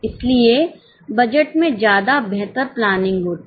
इसलिए बजट में ज्यादा बेहतर प्लानिंग होती है